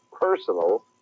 personal